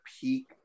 peak